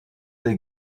des